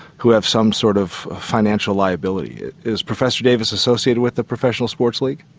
who have some sort of financial liability. is professor davis associated with a professional sports league?